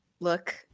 look